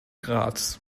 graz